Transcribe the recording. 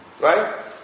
Right